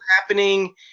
happening